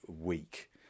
week